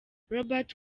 robert